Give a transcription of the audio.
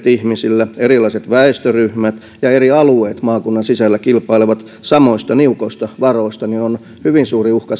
ihmisillä erilaiset väestöryhmät ja eri alueet maakunnan sisällä kilpailevat samoista niukoista varoista on hyvin suuri uhka